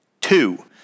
Two